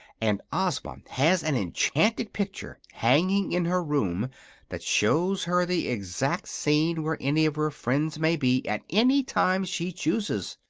and ozma has an enchanted picture hanging in her room that shows her the exact scene where any of her friends may be, at any time she chooses.